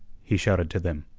he shouted to them.